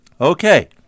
Okay